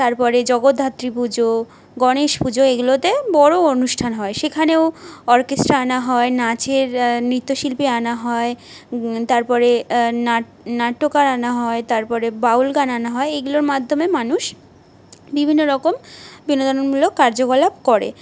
তারপরে জগদ্ধাত্রী পুজো গণেশ পুজো এগুলোতে বড়ো অনুষ্ঠান হয় সেখানেও অর্কেস্ট্রা আনা হয় নাচের নৃত্যশিল্পী আনা হয় তারপরে নাট্যকার আনা হয় তারপরে বাউল গান আনা হয় এগুলোর মাধ্যমে মানুষ বিভিন্ন রকম বিনোদনমূলক কার্যকলাপ করে